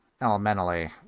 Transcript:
elementally